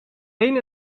een